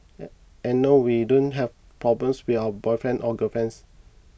and and no we don't have problems with our boyfriend or girlfriends